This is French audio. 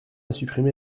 supprimé